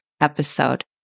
episode